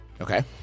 Okay